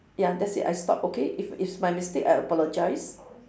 ya that's it I stop okay if it's my mistake I apologise